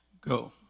go